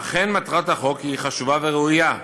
אכן, מטרת החוק היא חשובה וראויה,